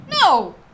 No